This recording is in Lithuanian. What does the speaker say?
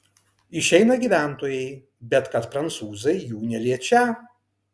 išeina gyventojai bet kad prancūzai jų neliečią